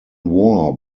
war